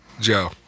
Joe